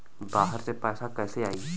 बाहर से पैसा कैसे आई?